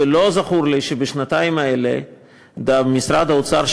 ולא זכור לי שבשנתיים האלה משרד האוצר,